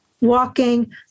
walking